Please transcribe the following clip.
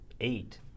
eight